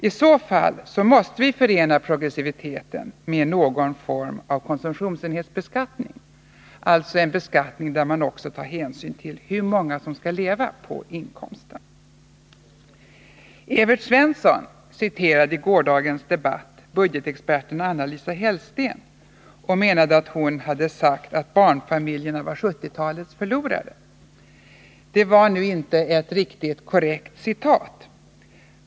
I så fall måste vi förena progressiviteten med någon form av konsumtionsbeskattning, alltså en beskattning där man också tar hänsyn till hur många som skall leva på familjeinkomsten. Evert Svensson citerade i gårdagens debatt budgetexperten Anna-Lisa Hellsten och menade att hon hade sagt, att barnfamiljerna var 1970-talets förlorare. Det var nu inte ett riktigt korrekt citat.